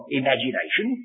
imagination